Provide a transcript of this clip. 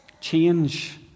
Change